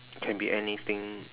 can be anything